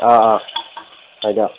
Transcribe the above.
অঁ অঁ হয় দক